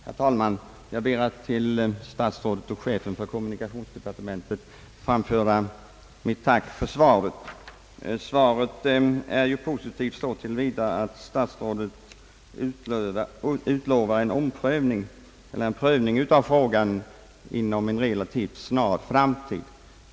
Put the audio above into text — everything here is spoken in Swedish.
Herr talman! Jag ber att till statsrådet och chefen för kommunikationsdepartementet få framföra mitt tack för svaret. Svaret är ju positivt så till vida att statsrådet utlovar en prövning av frågan inom en relativt snar framtid.